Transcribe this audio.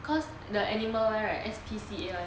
cause the animal [one] right S_P_C_A [one]